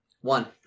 One